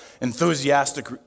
enthusiastic